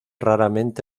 raramente